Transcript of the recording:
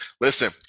Listen